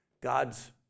God's